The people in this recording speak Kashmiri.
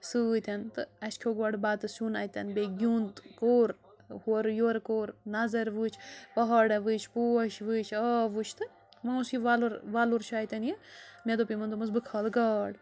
سۭتٮ۪ن تہٕ اَسہِ کھیوٚو گۄڈٕ بَتہٕ سیُن اَتٮ۪ن بیٚیہِ گیُنٛد کوٚر ہورٕ یورٕ کوٚر نَظر وُچھ پہاڑ وُچھ پوش وُچھ آب وُچھ تہٕ وۅنۍ اوس یہِ وَلُر وَلُر چھُ اَتٮ۪ن یہِ مےٚ دوٚپ یِمَن دوٚپمَس بہٕ کھالہٕ گاڈ